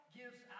gives